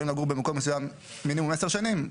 לגור במקום מסוים מינימום עשר שנים,